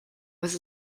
was